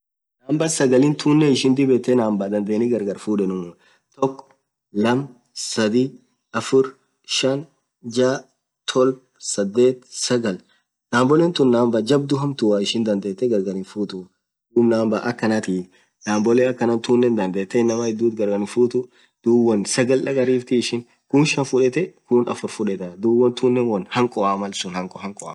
Number sagali tunen ishiin dhib yethee number dhandheni gargar fudhenumuu toko, lama, sadhi, afur, shaan, jaa, tolba, sadhethi ,sagal, nambolee tuun nambolee jadhuu hamtua ishi dhadhethe gargar fudhenumuu dhub number akhanathi numboleee akhanathunen dhandhethe idhuuu inamaa gargar hinfuthuu dhub won sagal dhagariftii ishin kuun shan fudhetee kunn afur fudhetha dhub won thunen won hankhoa